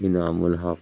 نظام الحق